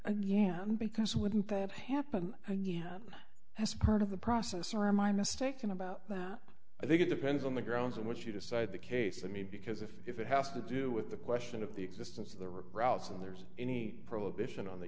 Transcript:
again because wouldn't that happen as part of the process or am i mistaken about that i think it depends on the grounds on which you decide the case i mean because if it has to do with the question of the existence of the routes and there's any prohibition on the